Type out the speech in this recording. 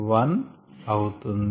1అవుతుంది